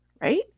right